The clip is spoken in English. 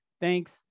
thanks